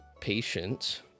patience